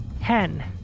Ten